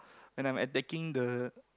when I'm attacking the